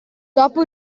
dopo